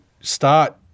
start